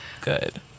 good